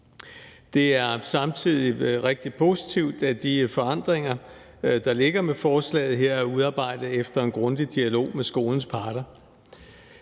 Det er samtidig rigtig positivt, at de forandringer, der ligger med forslaget her, er udarbejdet efter en grundig dialog med skolens parter;